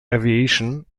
aviation